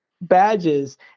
badges